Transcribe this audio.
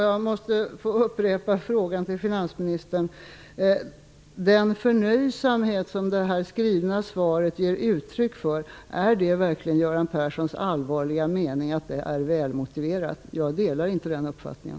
Jag måste få upprepa frågan till finansminister. Är det verkligen Göran Perssons allvarliga mening att den förnöjsamhet som det skrivna svaret ger uttryck för är välmotiverad? Jag delar inte den uppfattningen.